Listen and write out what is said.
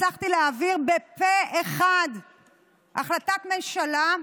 הצלחתי להעביר פה אחד החלטת ממשלה,